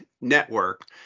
network